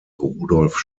rudolf